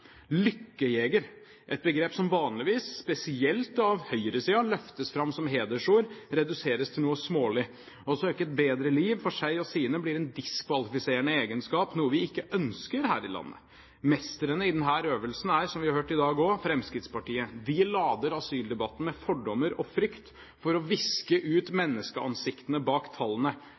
– et begrep som vanligvis, spesielt av høyresiden, løftes fram som et hedersord, reduseres til noe smålig. Å søke et bedre liv for seg og sine blir en diskvalifiserende egenskap, og noe vi ikke ønsker her i landet. Mestrene i denne øvelsen er, som vi har hørt i dag også, Fremskrittspartiet. De lader asyldebatten med fordommer og frykt for å viske ut menneskeansiktene bak tallene.